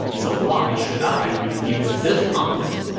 so why should i refuse this honor?